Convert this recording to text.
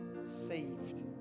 saved